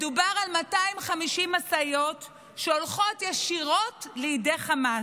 מדובר על 250 משאיות שהולכות ישירות לידי חמאס,